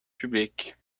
publique